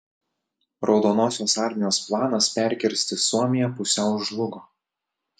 raudonosios armijos planas perkirsti suomiją pusiau žlugo